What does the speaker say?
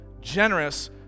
generous